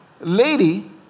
lady